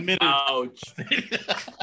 Ouch